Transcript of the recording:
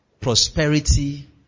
prosperity